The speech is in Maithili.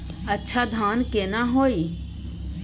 अच्छा धान केना हैय?